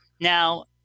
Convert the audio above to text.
Now